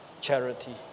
charity